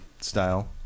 style